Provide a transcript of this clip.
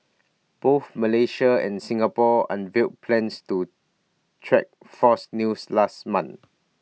both Malaysia and Singapore unveiled plans to track false news last month